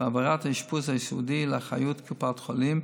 והעברת האשפוז הסיעודי לאחריות קופות החולים,